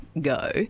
go